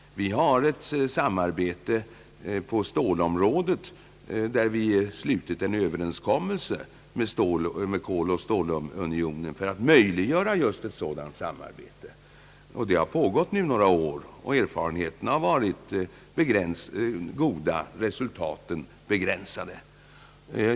Vi har slutit en överenskommelse med Koloch stålunionen för att möjliggöra just ett sådant samarbete. Det har pågått några år. Erfarenheterna har varit goda fastän resultaten har varit begränsade.